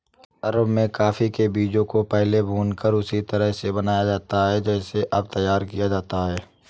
अरब में कॉफी के बीजों को पहले भूनकर उसी तरह से बनाया जाता था जैसे अब तैयार किया जाता है